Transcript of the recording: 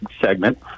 segment